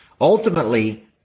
ultimately